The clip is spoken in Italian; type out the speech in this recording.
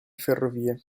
ferrovie